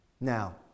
Now